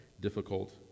difficult